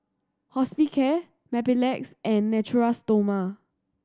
Hospicare Mepilex and Natura Stoma